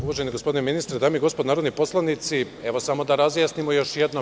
Uvaženi gospodine ministre, dame i gospodo narodni poslanici, evo, samo da razjasnimo još jednom.